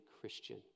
Christian